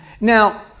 Now